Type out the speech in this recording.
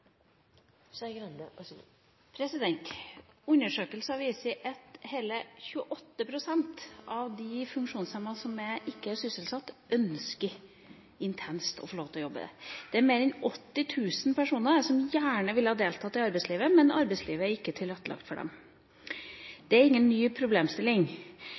sysselsatt, ønsker intenst å få lov til å jobbe. Det er mer enn 80 000 personer som gjerne ville ha deltatt i arbeidslivet, men arbeidslivet er ikke tilrettelagt for dem. Det er ikke en ny problemstilling,